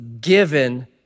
given